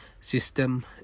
system